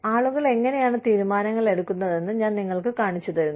ആളുകൾ എങ്ങനെയാണ് തീരുമാനങ്ങൾ എടുക്കുന്നതെന്ന് ഞാൻ നിങ്ങൾക്ക് കാണിച്ചുതരുന്നു